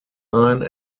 line